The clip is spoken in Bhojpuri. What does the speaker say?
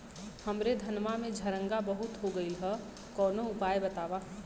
हमरे धनवा में झंरगा बहुत हो गईलह कवनो उपाय बतावा?